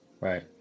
right